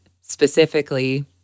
specifically